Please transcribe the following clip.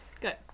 Good